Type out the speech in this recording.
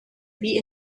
wie